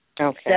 Okay